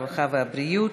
הרווחה והבריאות.